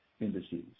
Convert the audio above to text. indices